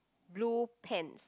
blue pants